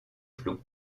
flots